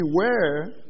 Beware